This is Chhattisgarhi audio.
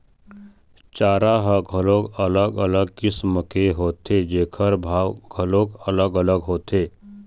चारा ह घलोक अलग अलग किसम के होथे जेखर भाव घलोक अलग अलग होथे